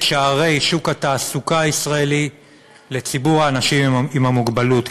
שערי שוק התעסוקה הישראלי לציבור האנשים עם המוגבלות.